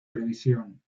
revisión